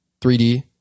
3D